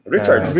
Richard